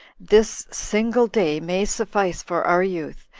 this single day may suffice for our youth,